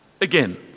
Again